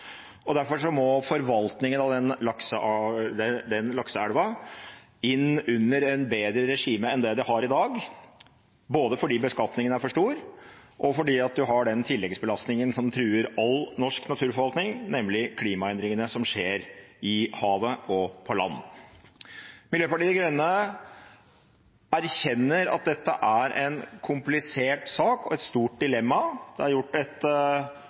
reiselivsnæringen. Derfor må forvaltningen av den lakseelva inn under et bedre regime enn i dag, både fordi beskatningen er for stor og fordi man har den tilleggsbelastningen som truer all norsk naturforvaltning, nemlig klimaendringene som skjer i havet og på land. Miljøpartiet De Grønne erkjenner at dette er en komplisert sak og et stort dilemma. Det er gjort et